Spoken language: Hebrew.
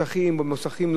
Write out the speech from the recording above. במוסכים לא מורשים,